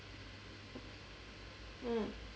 mm